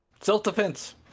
Self-defense